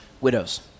widows